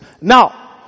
Now